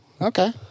Okay